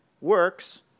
works